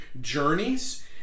journeys